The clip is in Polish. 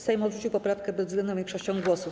Sejm odrzucił poprawkę bezwzględną większością głosów.